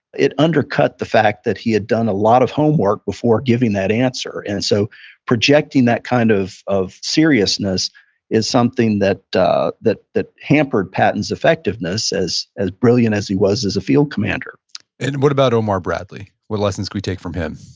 it undercut the fact that he had done a lot of homework before giving that answer. and so projecting that kind of of seriousness is something that that that hampered patton's effectiveness as as brilliant as he was as a field commander and what about omar bradley? what lessons could we take from him?